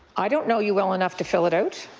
i don't know you well enough to fill it out.